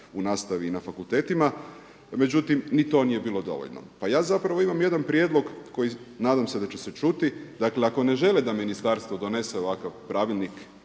u nastavi i na fakultetima, međutim ni to nije bilo dovoljno. Pa ja zapravo imam jedan prijedlog koji nadam se da će se čuti, dakle ako ne žele da ministarstvo donese ovakav pravilnik